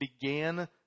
Began